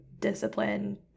discipline